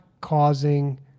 causing